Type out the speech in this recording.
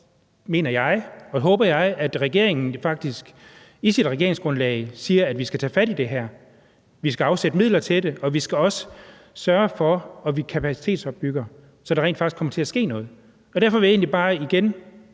mener – og håber – at regeringen faktisk i sit regeringsgrundlag siger, at vi skal tage fat i det her. Vi skal afsætte midler til det, og vi skal også sørge for, at vi kapacitetsopbygger, så der rent faktisk kommer til at ske noget. Derfor vil jeg egentlig bare igen